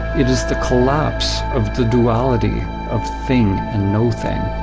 it is the collapse of the duality of thing and no thing.